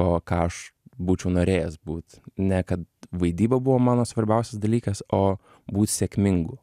o ką aš būčiau norėjęs būt ne kad vaidyba buvo mano svarbiausias dalykas o būt sėkmingu